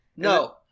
No